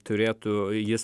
turėtų jis